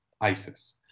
ISIS